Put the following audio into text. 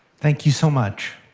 thank you so much.